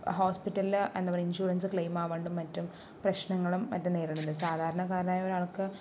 ഹോസ്പിറ്റലിൽ എന്താ പറയുക ഇൻഷുറൻസ് ക്ലൈമാവാണ്ടും മറ്റും പ്രശ്നങ്ങളും മറ്റും നേരിടുന്നുണ്ട് സാധാരണക്കാരനായ ഒരാൾക്ക്